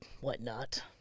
whatnot